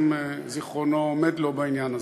אם זיכרונו עומד לו בעניין הזה.